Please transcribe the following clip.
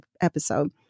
episode